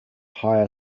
higher